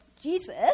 Jesus